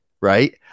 Right